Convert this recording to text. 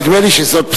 נדמה לי שזאת בשורה.